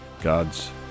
God's